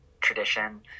tradition